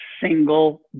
single